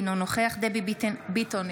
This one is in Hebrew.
אינו נוכח דבי ביטון,